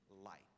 light